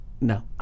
No